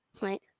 Right